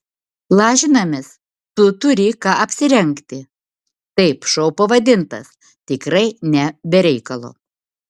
lažinamės tu turi ką apsirengti taip šou pavadintas tikrai ne be reikalo